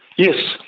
yes,